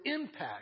impact